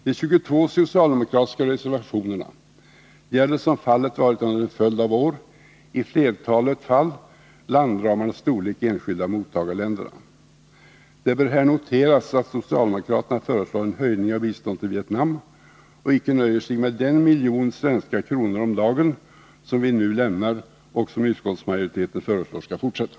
De 22 socialdemokratiska reservationerna gäller, såsom fallet varit under en följd av år, i flertalet fall landramarnas storlek i enskilda mottagarländer. Det bör här noteras att socialdemokraterna föreslår en höjning av biståndet till Vietnam och icke nöjer sig med den miljon svenska kronor om dagen som vi nu lämnar och som utskottsmajoriteten föreslår skall fortsätta.